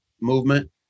movement